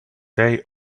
they